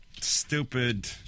Stupid